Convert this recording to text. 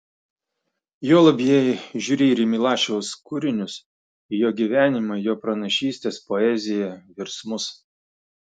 juolab jei žiūri ir į milašiaus kūrinius į jo gyvenimą jo pranašystes poeziją virsmus